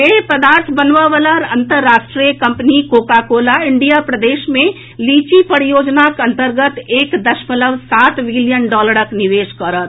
पेय पदार्थ बनबय वला अन्तर्राष्ट्रीय कम्पनी कोका कोला इंडिया प्रदेश मे लीची परियोजनाक अन्तर्गत एक दशमलव सात विलियन डॉलरक निवेश करत